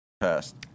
past